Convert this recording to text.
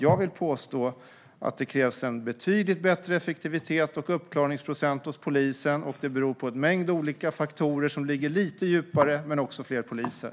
Jag vill påstå att det krävs betydligt högre effektivitet och uppklarningsprocent hos polisen och att det beror på en mängd olika faktorer som ligger lite djupare men att det också krävs fler poliser.